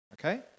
Okay